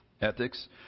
Ethics